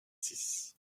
six